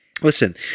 Listen